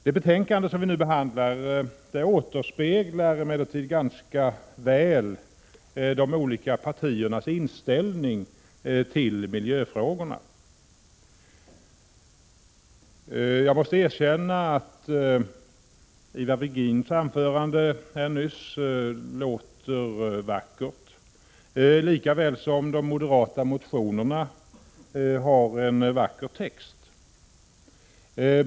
Det betänkande vi nu behandlar återspeglar emellertid ganska väl de olika partiernas inställning till miljöfrågorna. Jag måste erkänna att Ivar Virgins anförande här nyss lät vackert, likaväl som de moderata motionerna har en vacker text.